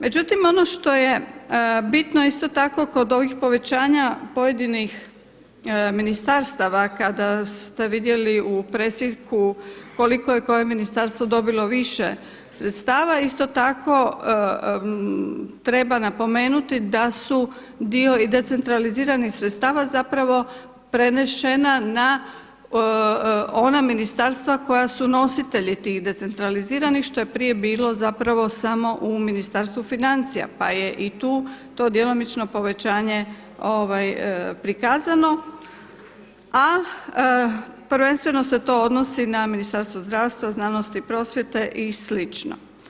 Međutim, ono što je bitno isto tako kod ovih povećanja pojedinih ministarstava kada ste vidjeli u presjeku koliko je koje ministarstvo dobilo više sredstava, isto tako treba napomenuti da su dio i decentraliziranih sredstava zapravo prenešena na ona ministarstva koja su nositelji tih decentraliziranih što je prije bilo samo u Ministarstvu financija pa je i tu to djelomično povećanje prikazano, a prvenstveno se to odnosi na ministarstvo zdravstva, znanosti, prosvjete i slično.